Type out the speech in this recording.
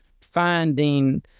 finding